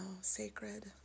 sacred